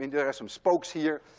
and there are some spokes here,